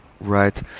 Right